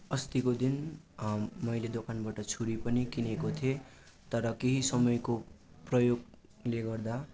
अस्तिको दिन मैले दोकानबाट छुरी पनि किनेको थिएँ तर केही समयको प्रयोगले गर्दा